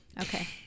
Okay